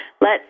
Let